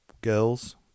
girls